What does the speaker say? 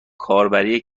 کاربری